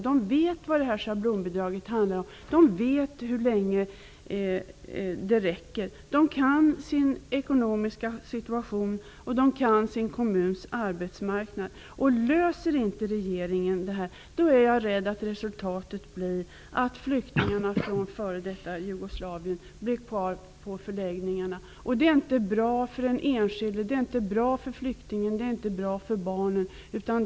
De vet hur länge schablonbidraget räcker. De kan sin ekonomiska situation, och de kan sin kommuns arbetsmarknad. Löser inte regeringen detta problem är jag rädd att resultatet blir att flyktingarna från f.d. Jugoslavien blir kvar på förläggningarna. Det är inte bra för den enskilde flyktingen, och det är inte bra för barnen.